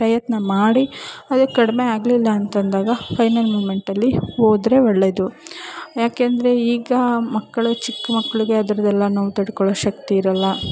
ಪ್ರಯತ್ನ ಮಾಡಿ ಅದು ಕಡಿಮೆ ಆಗಲಿಲ್ಲ ಅಂತ ಅಂದಾಗ ಫೈನಲ್ ಮೂಮೆಂಟಲ್ಲಿ ಹೋದ್ರೆ ಒಳ್ಳೆಯದು ಯಾಕಂದ್ರೆ ಈಗ ಮಕ್ಕಳು ಚಿಕ್ಕ ಮಕ್ಕಳಿಗೆ ಅದ್ರದ್ದೆಲ್ಲ ನೋವು ತಡ್ಕೊಳ್ಳೊ ಶಕ್ತಿ ಇರೋಲ್ಲ